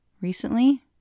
recently